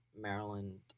Maryland